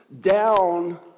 down